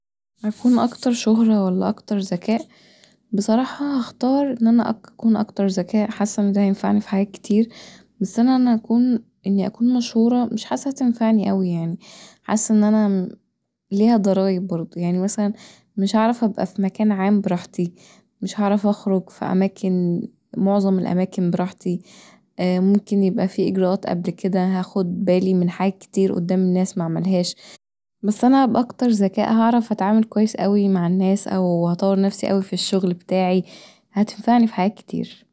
مفهوم أكتر شهرة ولا أكتر ذكاء بصراحه هختار ان انا أكون اكتر ذكاء حاسه ان دا هينفعني في حاجات كتير بس ان انا اكون مشهوره مش حاسه هتنفعني اوي يعني حاسه ان انا ليها ضرايب برضو يعني مثلا مش هعرف ابقي في مكان عام براحتي مش هعرف اخرج في اماكن معطم الأماكن براحتي ممكن يبقي فيه اجراءات قبل كدا، هاخد بالي من حاجات كتير قدان الناس معملهاش بس انا بأكتر ذكاء هعرف اتعامل كويس اوي مع الناس او هطور نفسي اوي في الشغل بتاعي، هتنفعني في حاجات كتير